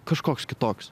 kažkoks kitoks